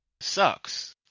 sucks